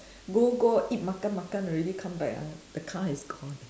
go go eat makan makan already come back ah the car is gone